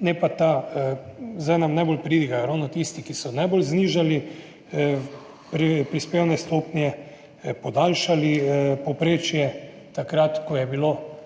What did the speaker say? ne pa ta, zdaj nam najbolj pridigajo ravno tisti, ki so najbolj znižali prispevne stopnje, podaljšali povprečje, takrat, ko je bilo seveda